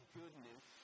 goodness